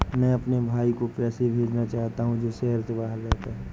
मैं अपने भाई को पैसे भेजना चाहता हूँ जो शहर से बाहर रहता है